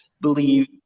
believe